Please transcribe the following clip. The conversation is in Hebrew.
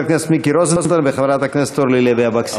הכנסת מיקי רוזנטל וחברת הכנסת אורלי לוי אבקסיס.